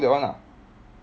that one ah